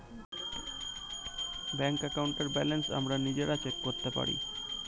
bank অ্যাকাউন্টের balance আমরা নিজেরা চেক করতে পারি